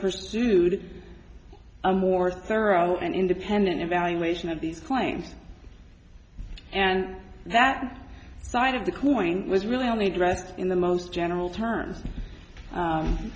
pursued a more thorough and independent evaluation of these claims and that side of the coin was really only addressed in the most general terms